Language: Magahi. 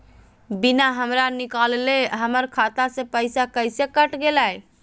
बिना हमरा निकालले, हमर खाता से पैसा कैसे कट गेलई?